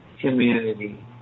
community